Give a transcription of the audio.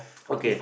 okay